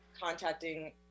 contacting